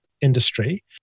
industry